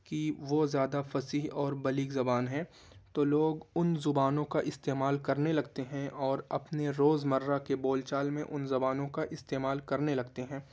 کہ وہ زیادہ فصیح اور بلیغ زبان ہے تو لوگ ان زبانوں کا استعمال کرنے لگتے ہیں اور اپنے روز مرہ کے بول چال میں ان زبانوں کا استعمال کرنے لگتے ہیں